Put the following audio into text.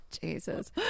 Jesus